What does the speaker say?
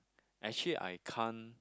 actually I can't